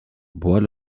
bois